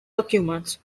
documents